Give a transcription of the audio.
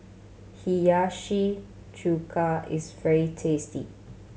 Hiyashi Chuka is very tasty